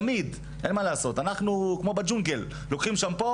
אין מה לעשות אנחנו כמו בג'ונגל לוקחים שמפו